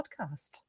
podcast